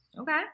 Okay